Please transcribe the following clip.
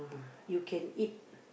you can eat